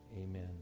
Amen